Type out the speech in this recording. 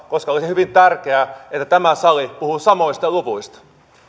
koska olisi hyvin tärkeää että tämä sali puhuu samoista luvuista